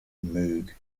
moog